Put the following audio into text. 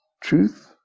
truth